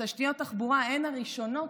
ותשתיות התחבורה הן הראשונות.